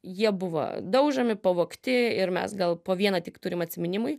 jie buvo daužomi pavogti ir mes gal po vieną tik turim atsiminimui